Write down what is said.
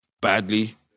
badly